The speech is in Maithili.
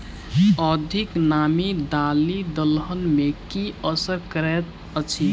अधिक नामी दालि दलहन मे की असर करैत अछि?